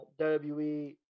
WWE